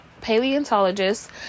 paleontologist